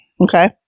Okay